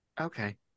Okay